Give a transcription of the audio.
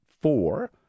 four